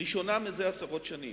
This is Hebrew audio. ראשונה זה עשרות שנים,